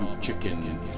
chicken